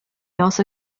also